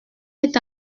est